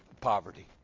poverty